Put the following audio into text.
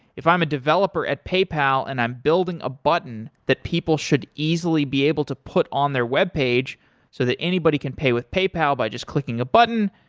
if i'm a developer at paypal and i'm building a button that people should easily be able to put on their webpage so that anybody can pay with paypal by just clicking a button,